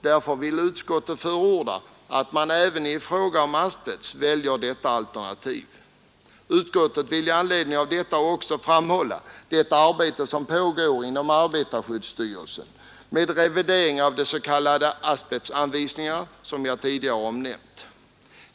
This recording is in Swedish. Därför vill utskottet förorda att man även i fråga om asbest väljer detta alternativ. Utskottet vill i anslutning till detta också framhålla det arbete som pågår inom arbetarskyddsstyrelsen med revidering av de s.k. asbestanvisningarna, som jag tidigare nämnt.